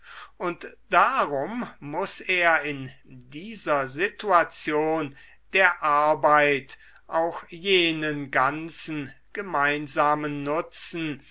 und darum muß er in dieser situation der arbeit auch jenen ganzen gemeinsamen nutzen